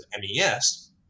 MES